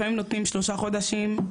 לפעמים נותנים שלושה חודשים,